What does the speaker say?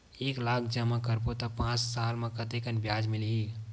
एक लाख जमा करबो त पांच साल म कतेकन ब्याज मिलही?